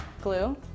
glue